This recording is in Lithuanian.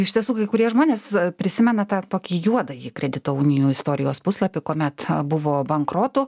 iš tiesų kai kurie žmonės prisimena tą tokį juodąjį kredito unijų istorijos puslapį kuomet buvo bankrotų